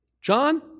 John